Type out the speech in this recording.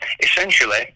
essentially